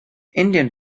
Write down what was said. indian